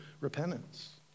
repentance